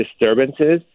disturbances